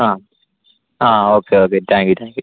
ആ ആ okay okay thank you thank you